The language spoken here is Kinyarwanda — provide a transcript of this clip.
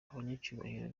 abanyacyubahiro